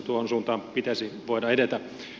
tuohon suuntaan pitäisi voida edetä